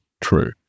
true